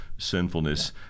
Sinfulness